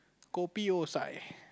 kopi O side